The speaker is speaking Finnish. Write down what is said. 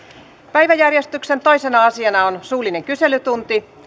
päiväjärjestyksen toisena asiana on suullinen kyselytunti